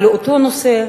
על אותו נושא,